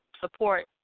support